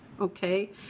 okay